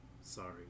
sorry